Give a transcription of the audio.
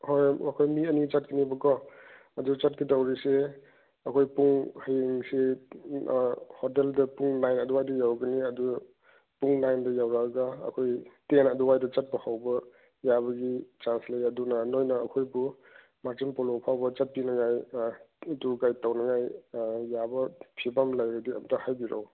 ꯍꯣꯏ ꯑꯩꯈꯣꯏ ꯃꯤ ꯑꯅꯤ ꯆꯠꯅꯤꯕꯀꯣ ꯑꯗꯨ ꯆꯠꯀꯗꯧꯔꯤꯁꯦ ꯑꯩꯈꯣꯏ ꯄꯨꯡ ꯍꯌꯦꯡꯁꯤ ꯍꯣꯇꯦꯜꯗ ꯄꯨꯡ ꯅꯥꯏꯟ ꯑꯗꯨꯋꯥꯏꯗ ꯌꯧꯔꯛꯀꯅꯤ ꯑꯗꯨ ꯄꯨꯡ ꯅꯥꯏꯟꯗ ꯌꯧꯔꯛꯂꯒ ꯑꯩꯈꯣꯏ ꯇꯦꯟ ꯑꯗꯨꯋꯥꯏꯗ ꯆꯠꯄ ꯍꯧꯕ ꯌꯥꯕꯒꯤ ꯆꯥꯟꯁ ꯂꯩ ꯑꯗꯨꯅ ꯅꯣꯏꯅ ꯑꯩꯈꯣꯏꯕꯨ ꯃꯥꯔꯖꯤꯡ ꯄꯣꯂꯣ ꯐꯥꯎꯕ ꯆꯠꯄꯤꯅꯉꯥꯏ ꯑꯗꯨ ꯒꯥꯏꯗ ꯇꯧꯅꯉꯥꯏ ꯌꯥꯕ ꯐꯤꯕꯝ ꯂꯩꯔꯗꯤ ꯑꯝꯇ ꯍꯥꯏꯕꯤꯔꯛꯑꯣ